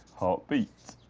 heartbeat.